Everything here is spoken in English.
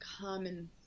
common